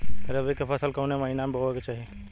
रबी की फसल कौने महिना में बोवे के चाही?